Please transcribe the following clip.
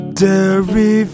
dairy